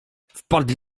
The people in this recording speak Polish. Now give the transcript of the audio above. wpadli